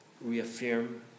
reaffirm